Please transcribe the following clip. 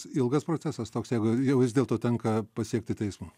ilgas procesas toks jeigu jau vis dėlto tenka pasiekti teismą